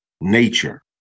nature